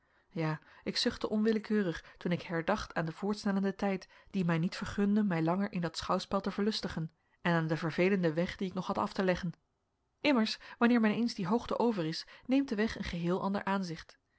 ja ik zuchtte onwillekeurig toen ik herdacht aan den voortsnellenden tijd die mij niet vergunde mij langer in dat schouwspel te verlustigen en aan den vervelenden weg dien ik nog had af te leggen immers wanneer men eens die hoogte over is neemt de weg een geheel ander aanzicht